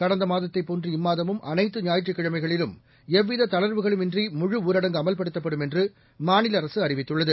கடந்தமாதத்தைப் போன்று இம்மாதமும் அனைத்து ஞாயிற்றுக் கிழமைகளிலும் எவ்விததளா்வுகளும் இன்றிமுழுஊரடங்கு அமல்படுத்தப்படும் என்றுமாநிலஅரசுஅறிவித்துள்ளது